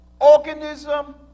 organism